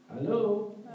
Hello